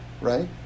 right